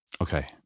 okay